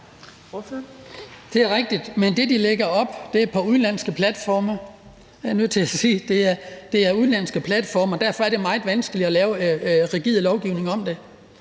op, er jeg nødt til at sige. Det er udenlandske platforme, og derfor er det meget vanskeligt at lave rigid lovgivning om det.